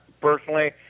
personally